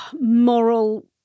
moral